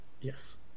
Yes